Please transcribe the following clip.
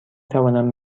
توانم